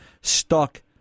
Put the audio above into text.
stuck